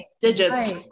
digits